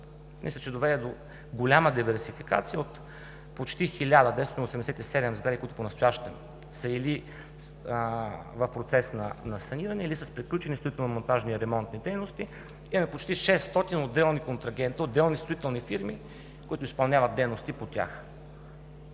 мисля, че доведе до голяма диверсификация от почти 1987 сгради, които понастоящем са или в процес на саниране, или с приключили строително-монтажни и ремонтни дейности. Имаме почти 600 отделни контрагенти, отделни строителни фирми, които изпълняват дейности по тях.